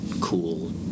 cool